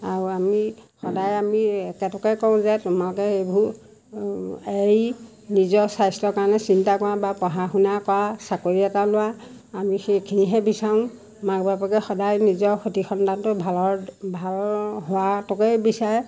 আৰু আমি সদায় আমি একেটোকে কওঁ যে তোমালোকে এইবোৰ এৰি নিজৰ স্বাস্থ্যৰ কাৰণে চিন্তা কৰা বা পঢ়া শুনা কৰা চাকৰি এটা লোৱা আমি সেইখিনিহে বিচাৰোঁ মাক বাপেকে সদায় নিজৰ সতি সন্তানটোৰ ভালৰ ভাল হোৱাটোকে বিচাৰে